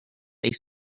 they